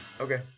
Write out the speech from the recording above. Okay